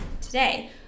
today